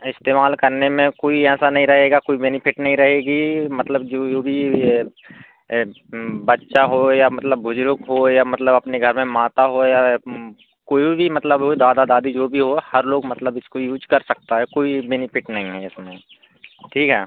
इस्तेमाल करने में कोई ऐसा नहीं रहेगा कोई बेनिफिट नहीं रहेगी मतलब जो युवी बच्चा हो या मतलब बुजुर्ग हो या मतलब अपने घर में माता हो या कोई भी मतलब हो दादा दादी जो भी हो हर लोग मतलब इसको यूज़ कर सकता है कोई बेनिफिट नहीं है इसमें ठीक है